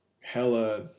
hella